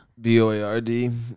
B-O-A-R-D